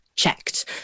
checked